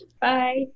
Bye